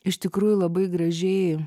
iš tikrųjų labai gražiai